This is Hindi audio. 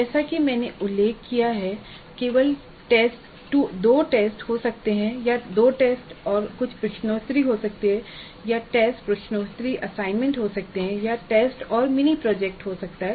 जैसा कि मैंने उल्लेख किया है केवल 2 टेस्ट हो सकते हैं या 2 टेस्ट और कुछ प्रश्नोत्तरी हो सकते हैं या टेस्ट प्रश्नोत्तरी असाइनमेंट हो सकते हैं या टेस्ट और एक मिनी प्रोजेक्ट हो सकता है